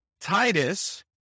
titus